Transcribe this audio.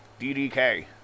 DDK